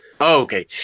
okay